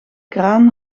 kraan